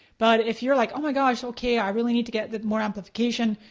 but if you're like oh my gosh, okay, i really need to get more amplification,